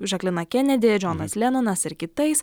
žaklina kenedi džonas lenonas ir kitais